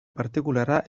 partikularra